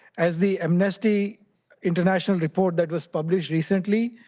as the amnesty international report that was published recently,